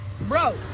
Bro